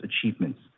achievements